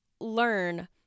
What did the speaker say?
learn